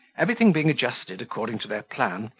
everything being adjusted according to their plan,